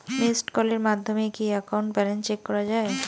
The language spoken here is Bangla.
মিসড্ কলের মাধ্যমে কি একাউন্ট ব্যালেন্স চেক করা যায়?